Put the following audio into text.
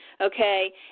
okay